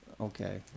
Okay